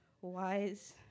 wise